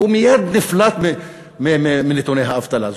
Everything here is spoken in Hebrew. הוא מייד נפלט מנתוני האבטלה.